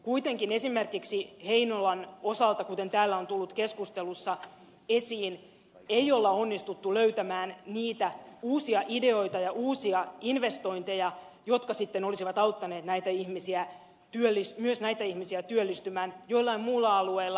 kuitenkaan esimerkiksi heinolan osalta kuten täällä on tullut keskustelussa esiin ei olla onnistuttu löytämään niitä uusia ideoita ja uusia investointeja jotka sitten olisivat auttaneet myös näitä ihmisiä työllistymään jollain muulla alueella